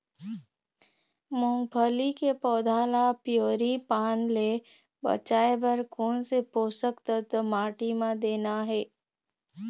मुंगफली के पौधा ला पिवरी पान ले बचाए बर कोन से पोषक तत्व माटी म देना हे?